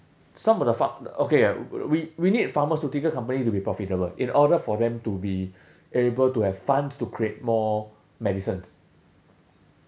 some of the pharm~ okay we we need pharmaceutical companies to be profitable in order for them to be able to have funds to create more medicines